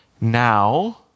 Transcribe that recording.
Now